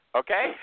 okay